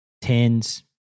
tens